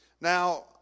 Now